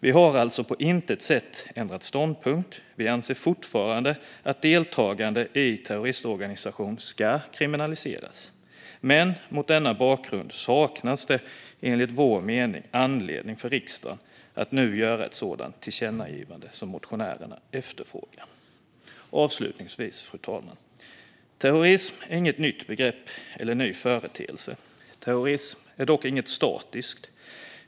Vi har alltså på intet sätt ändrat ståndpunkt. Vi anser fortfarande att deltagande i terroristorganisation ska kriminaliseras. Men mot denna bakgrund saknas det enligt vår mening anledning för riksdagen att nu göra ett sådant tillkännagivande som motionärerna efterfrågar. Fru talman! Avslutningsvis vill jag säga att terrorism inte är något nytt begrepp eller en ny företeelse. Terrorism är dock inget statiskt.